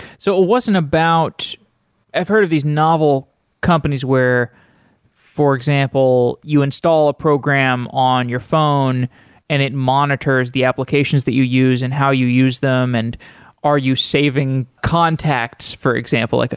so it wasn't about i've heard of these novel companies where for example, you install a program on your phone and it monitors the applications that you use and how you use them, and are you saving contacts for example? like